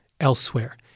elsewhere